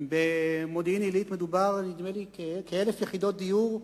במודיעין-עילית מדובר על כ-1,000 יחידות דיור,